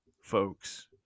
folks